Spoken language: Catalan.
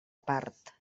part